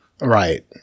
Right